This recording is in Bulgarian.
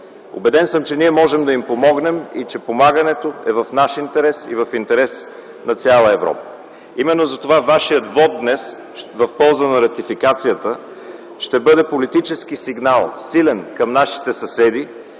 Убеден съм, че ние можем да им помогнем и че помагането е в наш интерес и в интерес на цяла Европа. Именно затова вашият вот днес в полза на ратифицикацията ще бъде силен политически сигнал към нашите съседи,